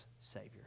Savior